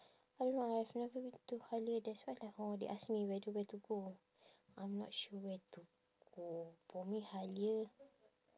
I don't know I've never been to Halia that's why like hor they ask me where to where to go I'm not sure where to go for me Halia